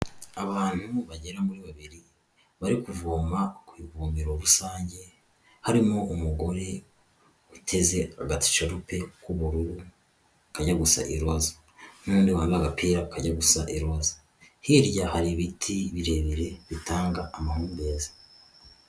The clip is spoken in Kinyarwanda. Abantu bagera muri babiri, bari kuvoma ku ivomero rusange, harimo umugore uteze agasharupe k'ubururu, kajya gusa iroza. N'undi wambaye agapira kanjya gusa iroza. Hirya hari ibiti birebire, bitanga amahumbezi.